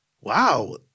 Wow